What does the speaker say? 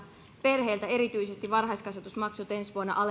perheiltä erityisesti varhaiskasvatusmaksut ensi vuonna alenevat